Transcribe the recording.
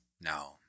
No